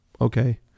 Okay